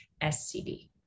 SCD